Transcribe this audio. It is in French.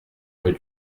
rue